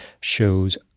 shows